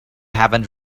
haven’t